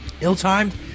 Ill-timed